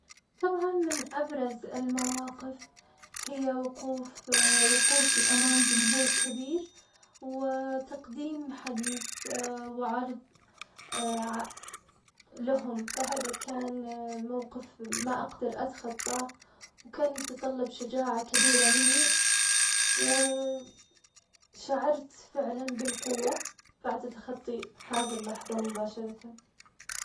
طبعاً من أبرز المواقف, هي وقوف- وقوفي أمام جمهور كبير و تقديم حديث و عرض ع- لهم فهذا كان موقف ما أقدر أتخطاه, وكان يتطلب شجاعة كبيرة مني, و شعرت فعلاً بالقوة, بعد تخطي هذي اللحظة مباشرة.